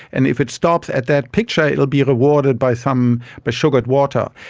and if it stops at that picture it will be rewarded by some but sugared water.